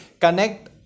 connect